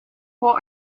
what